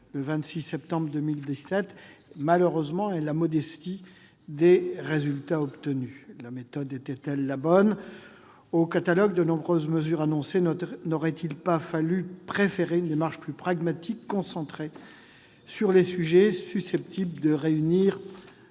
le 26 septembre 2017 et, malheureusement, la modestie des résultats obtenus. La méthode était-elle la bonne ? Au catalogue des nombreuses mesures annoncées n'aurait-il pas fallu privilégier une démarche plus pragmatique, concentrée sur les sujets susceptibles d'aboutir